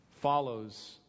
follows